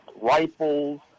rifles